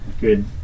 good